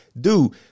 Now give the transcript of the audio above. Dude